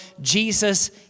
Jesus